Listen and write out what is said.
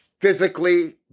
physically